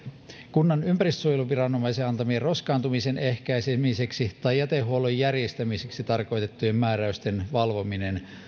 kunnan ympäristönsuojeluviranomaisen antamien roskaantumisen ehkäisemiseksi tai jätehuollon järjestämiseksi tarkoitettujen määräysten valvominen